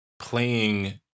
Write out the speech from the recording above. playing